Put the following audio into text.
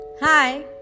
hi